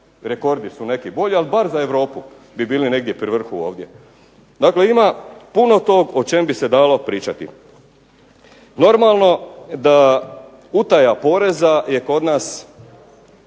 rekordi su neki bolji. Ali bar za Europu bi bili negdje pri vrhu ovdje. Dakle, ima puno tog o čem bi se dalo pričati. Normalno da utaja poreza je kod nas